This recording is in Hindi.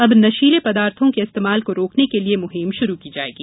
अब नशेले पदार्थो के इस्तेमाल को रोकने के लिए मुहिम शुरू की जायेगी